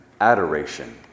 adoration